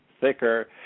thicker